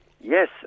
Yes